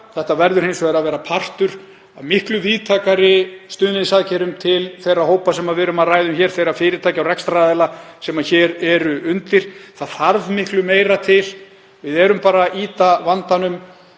Þetta verður hins vegar að vera partur af miklu víðtækari stuðningsaðgerðum til þeirra hópa sem við erum að ræða, þeirra fyrirtækja og rekstraraðila sem hér eru undir. Það þarf miklu meira til. Við erum bara ýta vandanum